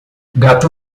gato